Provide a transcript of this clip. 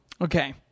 Okay